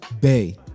Bay